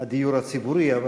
הדיור הציבורי.